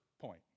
point